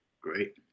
great